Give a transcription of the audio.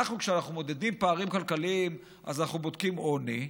כשאנחנו מודדים פערים כלכליים אז אנחנו בודקים עוני,